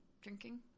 drinking